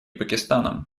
пакистаном